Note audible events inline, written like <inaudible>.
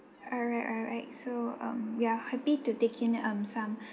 alright alright so um we are happy to take in um some <breath>